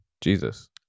Jesus